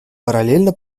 параллельно